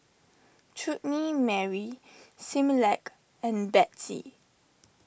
Chutney Mary Similac and Betsy